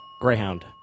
Greyhound